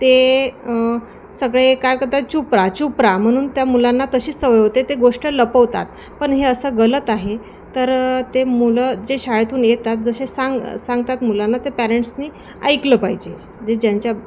ते सगळे काय करतात चुप रहा चुप रहा म्हणून त्या मुलांना तशीच सवय होते ते गोष्ट लपवतात पण हे असं गलत आहे तर ते मुलं जे शाळेतून येतात जसे सांग सांगतात मुलांना ते पॅरेंट्सनी ऐकलं पाहिजे जे ज्यांच्या